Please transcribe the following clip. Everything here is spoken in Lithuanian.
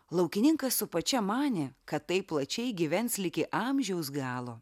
laukininkas su pačia manė kad taip plačiai gyvens ligi amžiaus galo